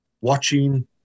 watching